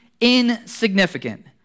insignificant